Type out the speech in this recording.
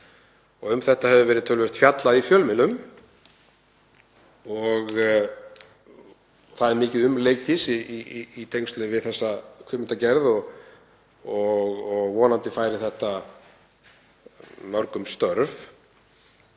Um þetta hefur töluvert verið fjallað í fjölmiðlum. Það er mikið umleikis í tengslum við þessa kvikmyndagerð og vonandi færir þetta mörgum störf.